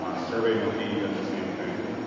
um survey monkey does the same thing.